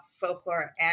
folklore